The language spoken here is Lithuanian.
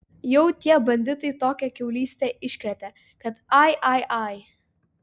jau tie banditai tokią kiaulystę iškrėtė kad ai ai ai